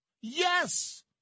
Yes